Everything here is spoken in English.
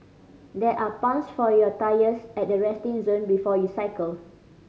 there are pumps for your tyres at the resting zone before you cycle